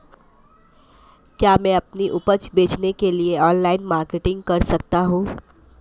क्या मैं अपनी उपज बेचने के लिए ऑनलाइन मार्केटिंग कर सकता हूँ?